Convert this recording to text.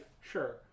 Sure